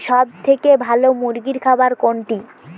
সবথেকে ভালো মুরগির খাবার কোনটি?